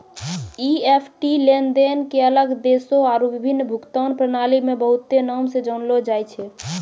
EFT लेनदेन के अलग देशो आरु विभिन्न भुगतान प्रणाली मे बहुते नाम से जानलो जाय छै